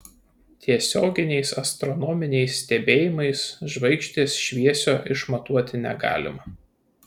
tiesioginiais astronominiais stebėjimais žvaigždės šviesio išmatuoti negalima